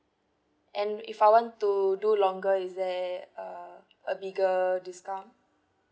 and if I want to do longer is there uh a bigger discount